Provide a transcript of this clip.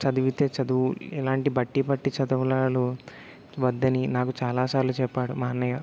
చదివితే చదువు ఎలాంటి బట్టీ బట్టి చదవడాలు వద్దని నాకు చాలా సార్లు చెప్పాడు మా అన్నయ్య